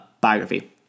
biography